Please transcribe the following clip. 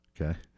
Okay